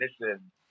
Listen